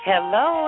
Hello